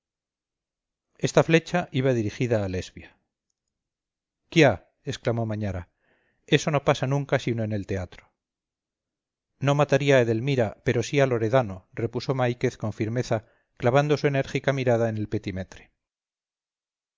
esta flecha iba dirigida a lesbia quiá exclamó mañara eso no pasa nunca sino en el teatro no mataría a edelmira pero sí a loredano repuso máiquez con firmeza clavando su enérgica mirada en el petimetre